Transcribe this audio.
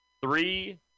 Three